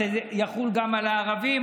זה יחול גם על הערבים,